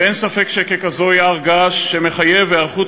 ואין ספק שככזאת היא הר געש שמחייב היערכות